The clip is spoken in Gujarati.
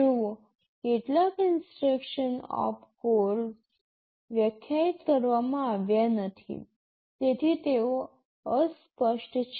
જોવો કેટલાક ઇન્સટ્રક્શન ઓપકોડસ વ્યાખ્યાયિત કરવામાં આવ્યાં નથી તેથી તેઓ અસ્પષ્ટ છે